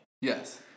Yes